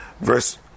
Verse